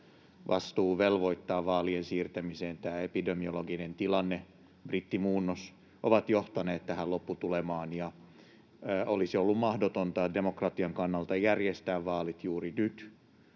vastuu velvoittaa vaalien siirtämiseen. Tämä epidemiologinen tilanne ja brittimuunnos ovat johtaneet tähän lopputulemaan, ja olisi ollut mahdotonta demokratian kannalta järjestää vaalit juuri nyt,